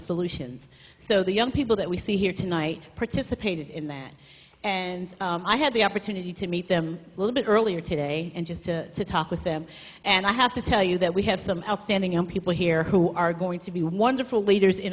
solutions so the young people that we see here tonight participated in that and i had the opportunity to meet them a little bit earlier today and just to talk with them and i have to tell you that we have some outstanding young people here who are going to be wonderful leaders in